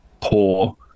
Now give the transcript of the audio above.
poor